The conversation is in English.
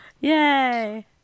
Yay